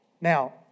Now